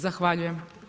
Zahvaljujem.